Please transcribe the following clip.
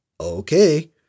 Okay